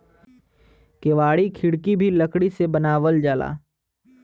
केवाड़ी खिड़की भी लकड़ी से बनावल जाला